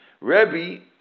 Rebbe